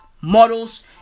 models